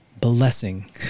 blessing